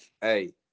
Hey